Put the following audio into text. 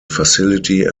facility